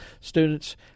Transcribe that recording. Students